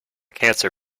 cancer